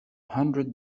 hundred